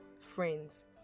friends